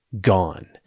gone